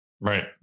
Right